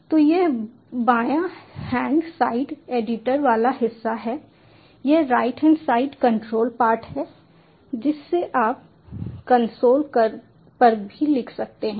तो यह बायां हैंड साइड एडिटर वाला हिस्सा है यह right hand side console part है जिससे आप कंसोल पर भी लिख सकते हैं